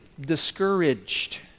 discouraged